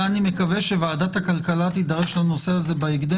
לזה אני מקווה שוועדת הכלכלה תידרש בהקדם,